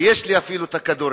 יש לי אפילו את הכדורים.